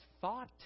thought